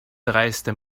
dreiste